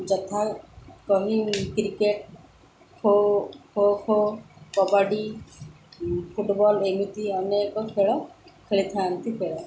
ଯଥା କହି cricket kho kho kho kabaddi football ଏମତି ଅନେକ ଖେଳ ଖେଳିଥାନ୍ତି ଖେଳ